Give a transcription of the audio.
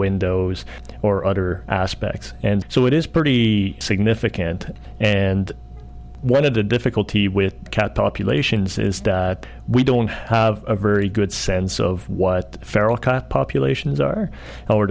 windows or other aspects and so it is pretty significant and one of the difficulty with cat populations is that we don't have a very good sense of what feral cat populations are now